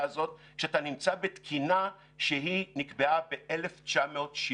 הזאת כשאתה נמצא בתקינה שנקבעה ב-1976.